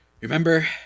Remember